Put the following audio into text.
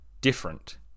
different